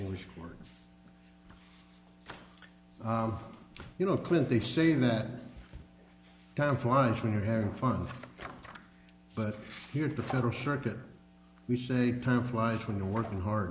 english or you know clint they say that time flies when you're having fun but here to federal circuit we say time flies when you're working hard